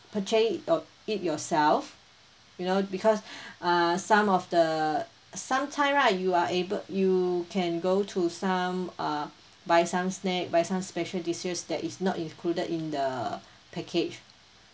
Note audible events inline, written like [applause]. purcha~ o~ it yourself you know because [breath] uh some of the some time right you are able you can go to some uh buy some snack buy some special dishes that is not included in the package